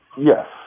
yes